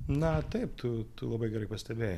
na taip tu tu labai gerai pastebėjai